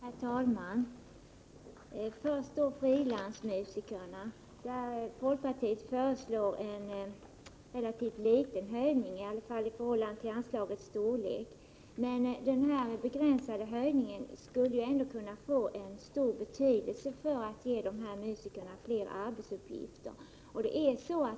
Herr talman! Först då frilansmusikerna. Folkpartiet föreslår en relativt liten höjning i förhållande till anslagets storlek, men den begränsade höjningen skulle ändå kunna få stor betydelse för att ge dessa musiker fler arbetsuppgifter.